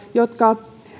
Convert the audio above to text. jotka